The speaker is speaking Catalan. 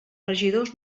regidors